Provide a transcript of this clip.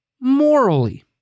morally